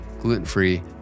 gluten-free